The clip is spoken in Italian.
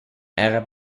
era